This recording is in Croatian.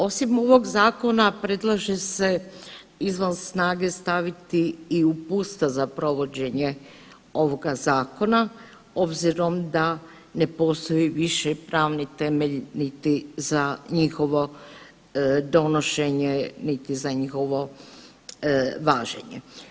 Osim ovog Zakona predlaže se izvan staviti i uputstva za provođenje ovoga Zakona obzirom da ne postoji više pravni temelj niti za njihovo donošenje niti za njihovo važenje.